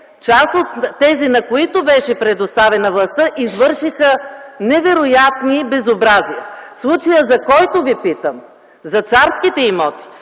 част от тези, на които беше предоставена властта, извършиха невероятни безобразия. Случаят, за който Ви питам – за царските имоти,